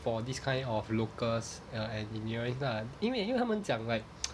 for this kind of locals ya and in nearing lah 因为因为他们讲 like